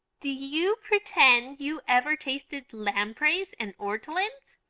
do you pretend you ever tasted lampreys and ortolans?